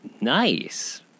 Nice